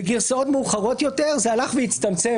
בגרסאות מאוחרות יותר זה הלך והצטמצם,